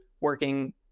working